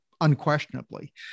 unquestionably